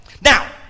Now